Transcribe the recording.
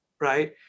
right